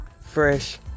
Fresh